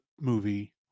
movie